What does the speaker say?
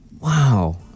Wow